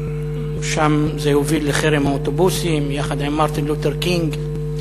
שם זה הוביל לחרם האוטובוסים יחד עם מרטין לותר קינג.